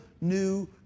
new